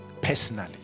personally